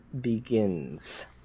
Begins